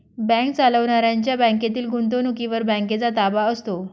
bank चालवणाऱ्यांच्या बँकेतील गुंतवणुकीवर बँकेचा ताबा असतो